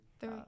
Three